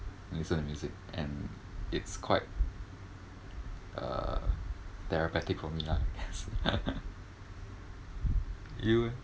listen to music and it's quite uh therapeutic for me lah I guess you leh